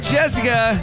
Jessica